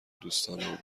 دوستانه